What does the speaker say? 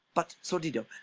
but, sordido,